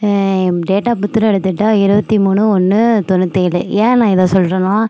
ஏன் date of பர்த்னு எடுத்துகிட்டா இருபத்தி மூணு ஒன்று தொண்ணூற்றி ஏழு ஏன் நான் இதை சொல்லுறேன்னா